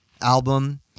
album